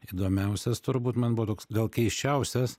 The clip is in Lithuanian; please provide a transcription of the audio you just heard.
įdomiausias turbūt man buvo toks gal keisčiausias